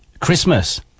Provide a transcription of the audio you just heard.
Christmas